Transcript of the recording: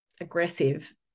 aggressive